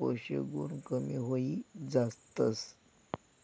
पोषक गुण कमी व्हयी जातस